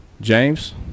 James